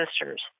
sisters